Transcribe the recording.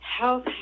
health